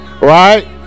right